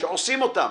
שעושים אותם.